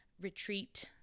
retreat